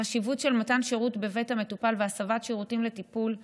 החשיבות של מתן שירות בבית המטופל והסבת שירותים לטיפול בבית,